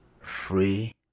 free